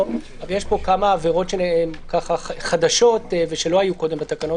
ויש פה כמה עבירות חדשות שלא היו קודם בתקנות.